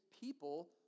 people